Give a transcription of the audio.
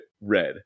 red